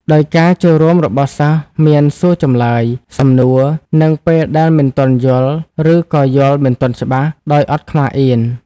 ដោយការចូលរួមរបស់សិស្សមានសួរចម្លើយ សំណួរនិងពេលដែលមិនទាន់យល់ឬក៏យល់មិនទាន់ច្បាស់ ដោយអត់ខ្មាស់អៀន។